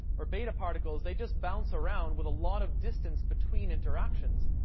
or beta particles, they just bounce around with a lot of distance between interactions,